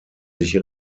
sich